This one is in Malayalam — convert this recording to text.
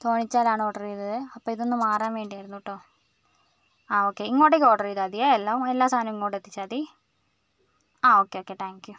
തൊഴച്ചാൽ ആണ് ഓർഡർ ചെയ്തത് അപ്പോൾ ഇതൊന്ന് മാറാൻ വേണ്ടിയായിരുന്നു കേട്ടോ ആ ഓക്കെ ഇങ്ങോട്ടേക്ക് ഓർഡർ ചെയ്താൽ മതിയേ എല്ലാം എല്ലാ സാധനവും ഇങ്ങോട്ട് എത്തിച്ചാൽ മതി ആ ഓക്കെ ഓക്കെ താങ്ക് യൂ